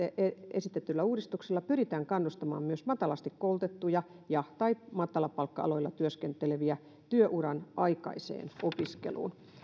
esitetyllä uudistuksella pyritään kannustamaan myös matalasti koulutettuja ja tai matalapalkka aloilla työskenteleviä työuran aikaiseen opiskeluun ja